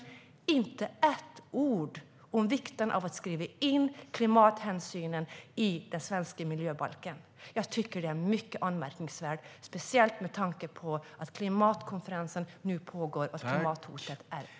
Det stod inte ett ord om vikten av att skriva in klimathänsynen i den svenska miljöbalken. Jag tycker att det är mycket anmärkningsvärt, speciellt med tanke på att klimatkonferensen nu pågår och med tanke på klimathotet.